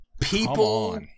people